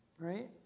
Right